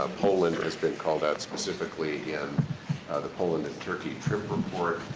ah poland has been called out specifically in the poland and turkey trip report.